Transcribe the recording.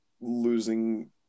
losing